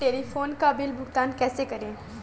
Telephone bill का भुगतान कैसे करें?